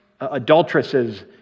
adulteresses